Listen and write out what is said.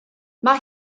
mae